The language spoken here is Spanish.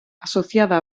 asociada